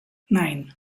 nine